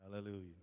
Hallelujah